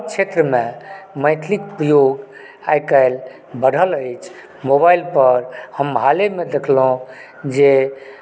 हर क्षेत्रमे मैथिलीक प्रयोग आइ काल्हि बढ़ल अछि मोबाइल पर हम हालेमे देखलहुँ जे